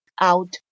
out